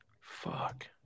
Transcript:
Fuck